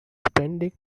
spending